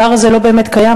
הפער הזה לא באמת קיים,